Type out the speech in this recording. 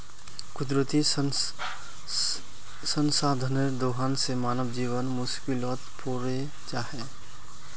कुदरती संसाधनेर दोहन से मानव जीवन मुश्कीलोत पोरे जाहा